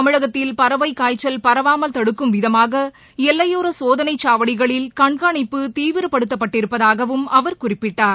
தமிழகத்தில் பறவை காய்ச்சல் பராவல் தடுக்கும் விதமாக எல்லையோர சோதனை சாவடிகளில் கண்காணிப்பு தீவிரப்படுத்தப்பட்டிருப்பதாகவும் அவர் குறிப்பிட்டார்